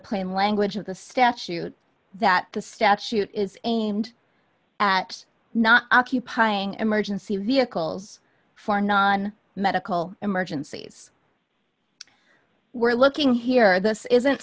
plain language of the statute that the statute is aimed at not occupying emergency vehicles for non medical emergencies we're looking here this isn't